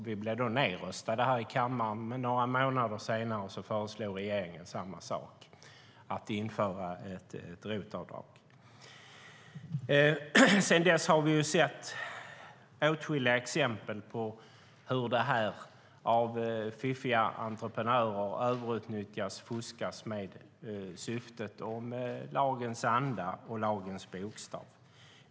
Vi blev då nedröstade här i kammaren. Men några månader senare föreslog regeringen samma sak: att införa ett ROT-avdrag. Sedan dess har vi sett åtskilliga exempel på hur fiffiga entreprenörer överutnyttjar och fuskar med detta. Lagens anda och syfte motsvaras inte helt av lagens bokstav.